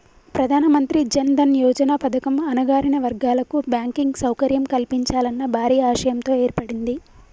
ప్రధానమంత్రి జన్ దన్ యోజన పథకం అణగారిన వర్గాల కు బ్యాంకింగ్ సౌకర్యం కల్పించాలన్న భారీ ఆశయంతో ఏర్పడింది